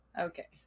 Okay